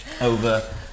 over